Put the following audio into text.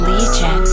Legion